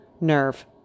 nerve